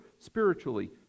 spiritually